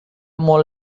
molt